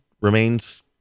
remains